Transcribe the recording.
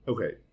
Okay